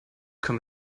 kann